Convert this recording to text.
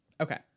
Okay